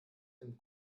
dem